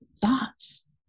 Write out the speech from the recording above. thoughts